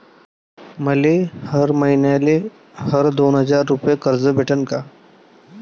मले हर मईन्याले हर दोन हजार रुपये कर्ज भेटन का?